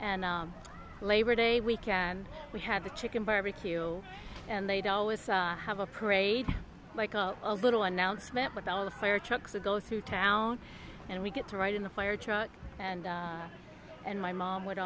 and labor day weekend we had the chicken barbecue and they'd always have a parade like up a little announcement with all the fire trucks to go through town and we get to ride in the fire truck and and my mom would